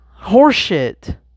horseshit